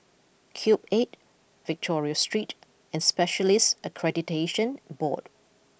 Cube Eight Victoria Street and Specialists Accreditation Board